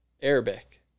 Arabic